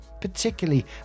particularly